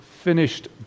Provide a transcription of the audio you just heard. Finished